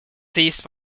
seized